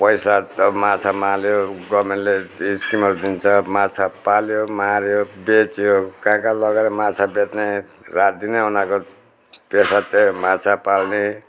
पैसा त माछा माऱ्यो गर्मेन्टले स्किमहरू दिन्छ माछा पाल्यो माऱ्यो बेच्यो कहाँ कहाँ लगेर माछा बेच्ने रातदिनै उनीहरूको पेसा त्यही माछा पाल्ने